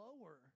lower